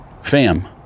Fam